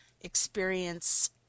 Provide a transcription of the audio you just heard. experience